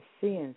sins